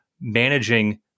managing